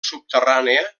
subterrània